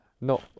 No